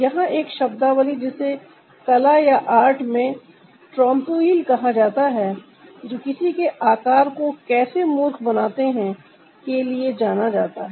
यहां एक शब्दावली जिसे कला या आर्ट में Trompe oeil कहा जाता है जो किसी के आकार को कैसे मूर्ख बनाते है के लिए जाना जाता है